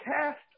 cast